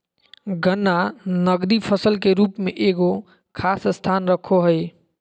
गन्ना नकदी फसल के रूप में एगो खास स्थान रखो हइ